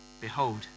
Behold